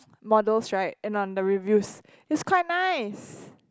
models right and on the reviews it's quite nice